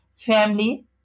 family